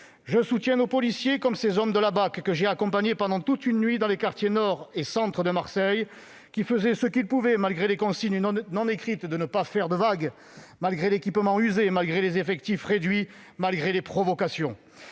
Je soutiens nos policiers, comme ces hommes de la brigade anticriminalité (BAC) que j'ai accompagnés pendant toute une nuit dans les quartiers nord et le centre de Marseille ; ils faisaient ce qu'ils pouvaient, malgré les consignes non écrites de « ne pas faire de vagues », malgré l'équipement usé, malgré les effectifs réduits, malgré les provocations.